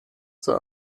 zur